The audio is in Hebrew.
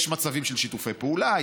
יש מצבים של שיתופי פעולה,